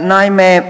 Naime,